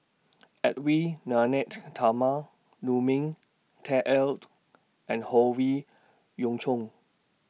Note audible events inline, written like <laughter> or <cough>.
Edwy Lyonet Talma Lu Ming Teh Earl <noise> and Howe Yoon Chong